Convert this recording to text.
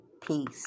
peace